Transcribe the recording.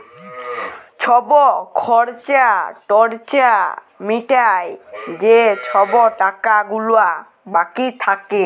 ছব খর্চা টর্চা মিটায় যে ছব টাকা গুলা বাকি থ্যাকে